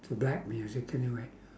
to black music anyway